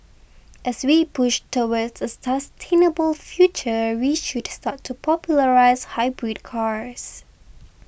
as we push towards a sustainable future we should start to popularise hybrid cars